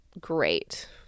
great